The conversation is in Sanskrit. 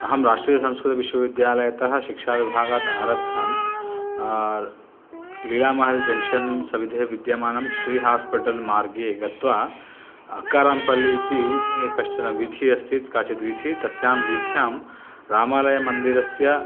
अहं राष्ट्रीयसंस्कृतविश्वविद्यालयतः शिक्षाविभागात् आरभ्य लिगामह जङ्क्षन् सविधे विद्यमानं श्रीहास्पेटल् मार्गे गत्वा अक्कारां पल्लि इति कश्चन वीथि अस्ति काचित् वीथि तस्यां वीथ्यां रामालयमन्दिरस्य